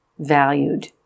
valued